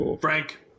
Frank